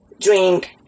drink